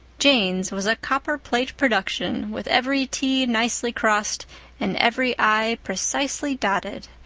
jane's was a copperplate production, with every t nicely crossed and every i precisely dotted,